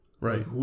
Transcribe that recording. Right